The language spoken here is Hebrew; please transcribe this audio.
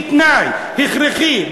תנאי הכרחי,